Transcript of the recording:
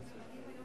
אדוני,